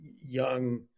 young